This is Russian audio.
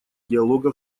диалога